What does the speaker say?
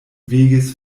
weges